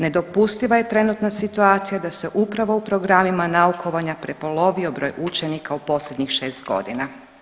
Nedopustiva je trenutna situacija da se upravo u programima naukovanja prepolovio broj učenika u posljednjih šest godina.